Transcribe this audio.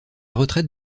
retraite